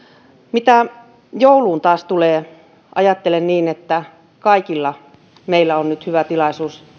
mitä jouluun taas tulee ajattelen että kaikilla meillä on nyt hyvä tilaisuus